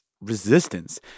resistance